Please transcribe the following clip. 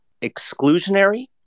exclusionary